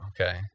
okay